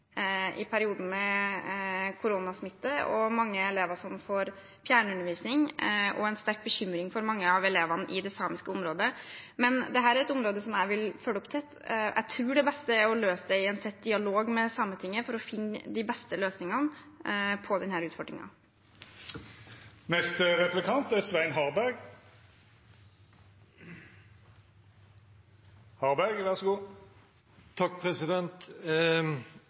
i perioden med koronasmitte og mange elever som får fjernundervisning, og en sterk bekymring for mange av elevene i det samiske området. Men dette er et område som jeg vil følge opp tett. Jeg tror det beste er å løse det i en tett dialog med Sametinget for å finne de beste løsningene på